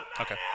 Okay